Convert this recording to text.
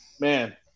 man